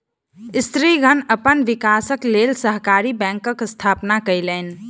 स्त्रीगण अपन विकासक लेल सहकारी बैंकक स्थापना केलैन